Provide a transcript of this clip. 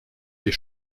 les